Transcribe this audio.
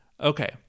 Okay